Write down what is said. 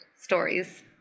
stories